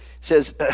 says